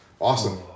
Awesome